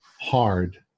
hard